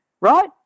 right